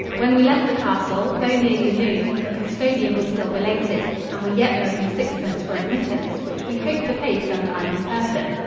when we left the castle, though nearly noon, the custodian was still belated, and we yet owe him sixpence for admittance, which we hope to pay some time in person.